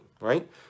right